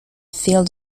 field